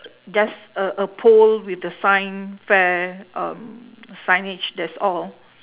just a a pole with the science fair um signage that's all